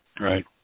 right